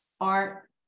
art